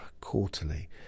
quarterly